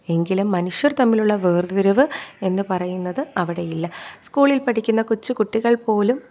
എങ്കിലും മനുഷ്യർ തമ്മിലുള്ള വേർതിരിവ് എന്ന് പറയുന്നത് അവിടെ ഇല്ല സ്കൂളിൽ പഠിക്കുന്ന കൊച്ചു കുട്ടികൾ പോലും